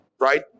right